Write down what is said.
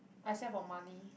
except for money